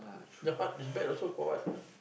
your heart is bad also for what